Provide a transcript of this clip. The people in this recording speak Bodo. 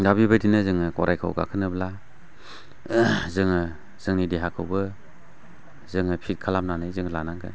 दा बिबायदिनो जोङो गराइखौ गाखोनोब्ला जोङो जोंनि देहाखौबो जोङो फिट खालामनानै जों लानांगोन